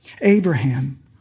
Abraham